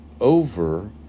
over